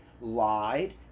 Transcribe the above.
lied